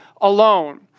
alone